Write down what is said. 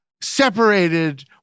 separated